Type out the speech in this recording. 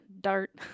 dart